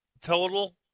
total